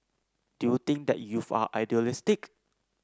do you think that youth are idealistic